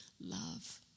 love